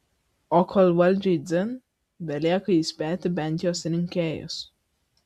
o kol valdžiai dzin belieka įspėti bent jos rinkėjus